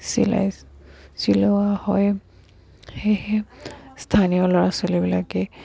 চিলাই চিলোৱা হয় সেয়েহে স্থানীয় ল'ৰা ছোৱালীবিলাকে